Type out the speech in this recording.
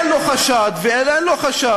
אם אין לו חשד ואין לו חשש,